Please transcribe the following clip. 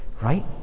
right